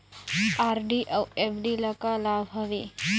RD अऊ FD ल का लाभ हवे?